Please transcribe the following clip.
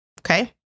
Okay